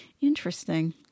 Interesting